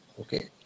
Okay